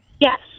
Yes